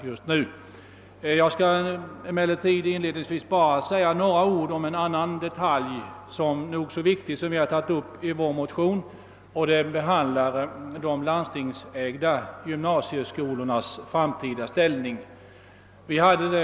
Inledningsvis vill jag dock säga några ord om en annan nog så viktig detalj, som vi har tagit upp i vår motion, nämligen de landstingsägda gymnasieskolornas ställning i framtiden.